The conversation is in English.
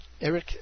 Eric